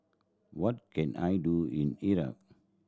what can I do in Iraq